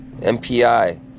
MPI